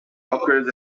occurs